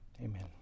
Amen